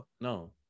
No